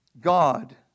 God